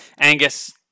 Angus